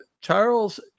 Charles